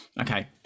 okay